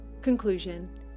Conclusion